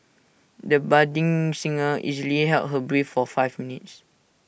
the budding singer easily held her breath for five minutes